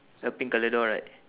a pink colour door right